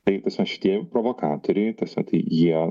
tai ta prasme šitie jau provokatoriai ta prasme tai jie